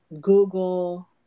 Google